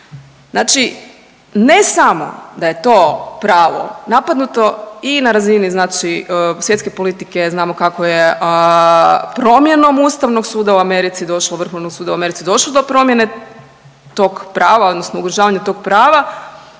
Znači ne samo da je to pravo napadnuto i na razini znači svjetske politike, znamo kako je promjenom ustavnog suda u Americi došlo, vrhovnog suda u Americi došlo do promjene tog prava odnosno ugrožavanju tog prava,